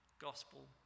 gospel